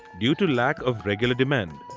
due to lack of regular demand.